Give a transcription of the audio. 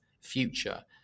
future